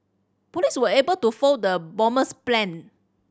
police were able to foil the bomber's plan